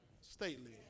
Stately